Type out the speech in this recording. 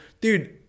Dude